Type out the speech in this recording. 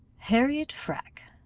harriot freke,